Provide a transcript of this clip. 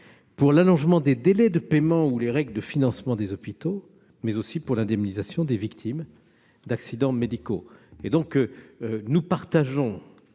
l'allongement des délais de paiement ou les règles de financement des hôpitaux, mais aussi pour l'indemnisation des victimes d'accidents médicaux. Nous partageons